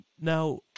Now